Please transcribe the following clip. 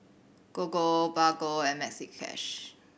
Gogo Bargo and Maxi Cash